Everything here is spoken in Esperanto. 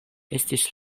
estis